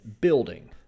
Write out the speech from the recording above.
building